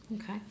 Okay